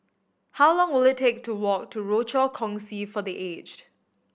how long will it take to walk to Rochor Kongsi for The Aged